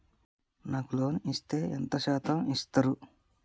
నాకు లోన్ ఇత్తే ఎంత శాతం ఇత్తరు?